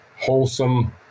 wholesome